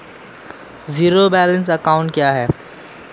Zero balance account क्या है?